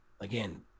again